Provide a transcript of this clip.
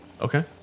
Okay